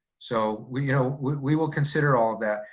so, we you know we will consider all of that.